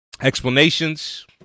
explanations